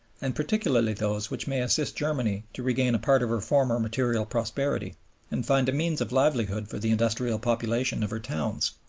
and particularly those which may assist germany to regain a part of her former material prosperity and find a means of livelihood for the industrial population of her towns.